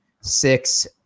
six